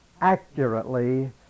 accurately